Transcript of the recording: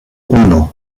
uno